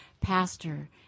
pastor